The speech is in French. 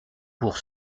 pour